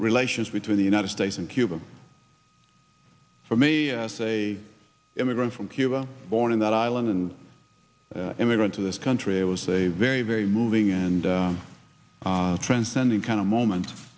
relations between the united states and cuba for me as a immigrant from cuba born in that island and immigrant to this country it was a very very moving and transcending kind of moment